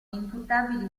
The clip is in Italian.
imputabili